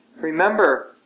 remember